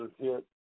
hit